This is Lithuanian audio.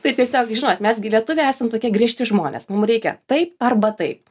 tai tiesiog žinot mes gi lietuviai esam tokie griežti žmonės mum reikia taip arba taip